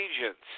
agents